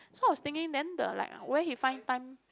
so I was thinking then the like where he find time